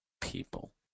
people